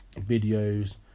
videos